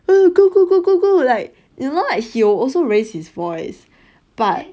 oo go go go go go like you know like he'll also raise his voice but